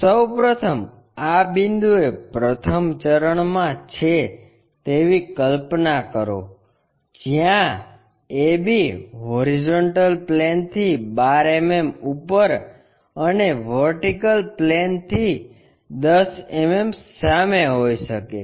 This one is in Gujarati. સૌ પ્રથમ આ બિંદુને પ્રથમ ચરણ મા છે તેવી કલ્પના કરો જ્યાં AB HP થી 12 mm ઉપર અને VP ની 10 mm સામે હોઈ શકે છે